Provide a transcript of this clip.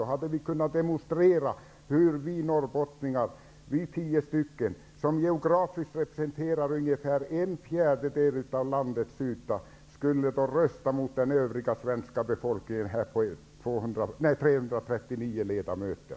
Då hade vi kunnat demonstrera hur vi norrbottningar, tio stycken, som geografiskt representerar ungefär en fjärdedel av landets yta, skulle rösta mot den övriga svenska befolkningens representanter på 339 ledamöter.